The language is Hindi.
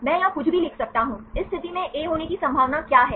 मैं यहाँ कुछ भी लिख सकता हूँ इस स्थिति में A होने की संभावना क्या है